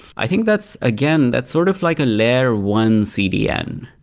i think that's again, that's sort of like a layer one cdn.